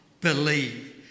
believe